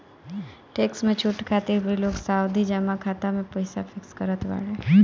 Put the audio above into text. tax में छूट खातिर भी लोग सावधि जमा खाता में पईसा फिक्स करत बाने